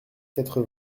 quatre